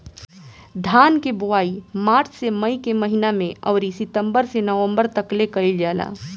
धान के बोआई मार्च से मई के महीना में अउरी सितंबर से नवंबर तकले कईल जाला